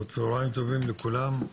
צהריים טובים לכולם,